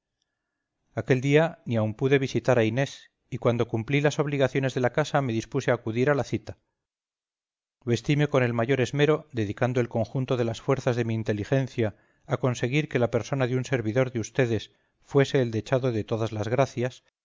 aquel día ni aun pude visitar a inés y cuando cumplí las obligaciones de la casa me dispuse a acudir a la cita vestime con el mayor esmero dedicando el conjunto de las fuerzas de mi inteligencia a conseguir que la persona de un servidor de ustedes fuese el dechado de todas las gracias